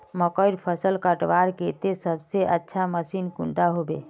मकईर फसल कटवार केते सबसे अच्छा मशीन कुंडा होबे?